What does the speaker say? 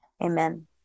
Amen